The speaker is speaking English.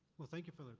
well thank you for